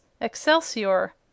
Excelsior